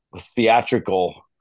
theatrical